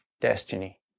destiny